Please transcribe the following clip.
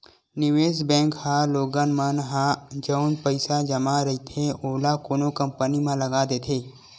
निवेस बेंक ह लोगन मन ह जउन पइसा जमा रहिथे ओला कोनो कंपनी म लगा देथे